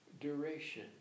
duration